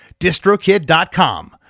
distrokid.com